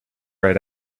right